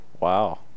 Wow